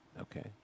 okay